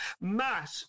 Matt